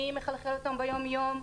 מי מכלכל אותם ביום יום,